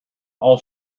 all